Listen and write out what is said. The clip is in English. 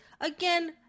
Again